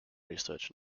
research